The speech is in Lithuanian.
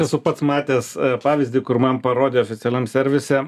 esu pats matęs pavyzdį kur man parodė oficialiam servise